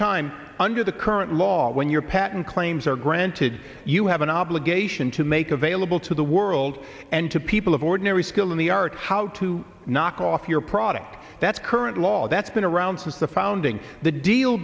time under the current law when your patent claims are granted you have an obligation to make available to the world and to people of ordinary skill in the art how to knock off your product that's current law that's been around since the founding the deal